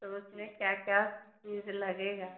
तो उसमें क्या क्या चीज़ लगेगा